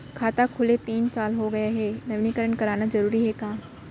खाता खुले तीन साल हो गया गये हे नवीनीकरण कराना जरूरी हे का?